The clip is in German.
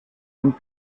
und